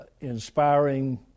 inspiring